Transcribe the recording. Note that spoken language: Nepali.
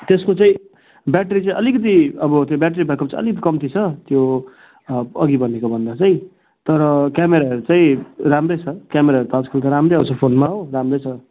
त्यसको चाहिँ ब्याट्री चाहिँ अलिकति अब त्यो ब्याट्री ब्याकअप चाहिँ अलिकति कम्ती छ त्यो अघि भनेकोभन्दा चाहिँ तर क्यामराहरू चाहिँ राम्रै छ क्यामराहरू त आजकलको राम्रै आउँछ फोनमा हो राम्रै छ